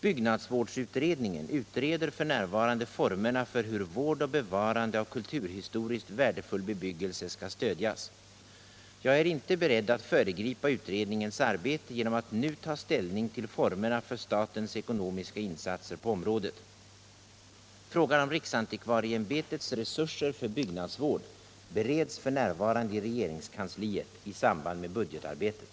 Byggnadsvårdsutredningen utreder f. n. formerna för hur vård och bevarande av kulturhistoriskt värdefull bebyggelse skall stödjas. Jag är inte beredd att föregripa utredningens arbete genom att nu ta ställning till formerna för statens ekonomiska insatser på området. Frågan om riksantikvarieämbetets resurser för byggnadsvård bereds f. n. i regeringskansliet i samband med budgetarbetet.